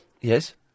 Yes